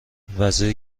وزیر